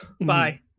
Bye